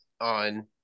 on